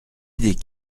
idée